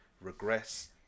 regress